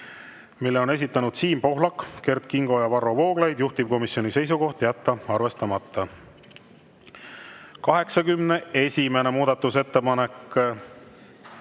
mille on esitanud Siim Pohlak, Kert Kingo ja Varro Vooglaid. Juhtivkomisjoni seisukoht: jätta arvestamata. 81. muudatusettepanek,